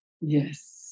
Yes